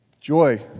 Joy